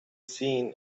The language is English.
seen